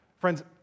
Friends